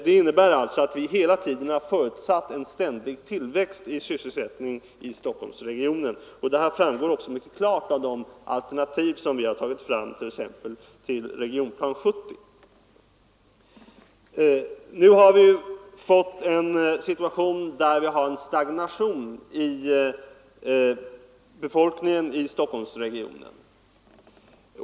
Det innebär att vi hela tiden har förutsatt en ständig tillväxt i sysselsättningen inom Stockholmsregionen, och detta framgår också klart av de alternativ som vi fört fram exempelvis till Regionplan 70. Nu har det blivit en stagnation i fråga om befolkningen inom Stockholmsregionen.